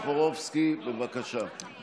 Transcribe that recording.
חבר הכנסת בועז טופורובסקי, בבקשה.